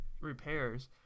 repairs